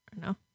No